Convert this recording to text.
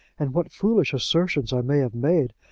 and what foolish assertions i may have made,